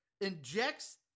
injects